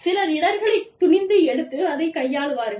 சிலர் இடர்களைத் துணிந்து எடுத்து அதைக் கையாள்வார்கள்